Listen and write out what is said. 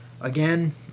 again